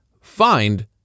find